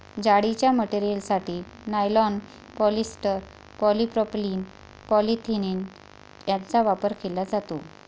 जाळीच्या मटेरियलसाठी nylon, polyester, polypropylene, polyethylene यांचा वापर केला जातो